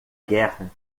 guerra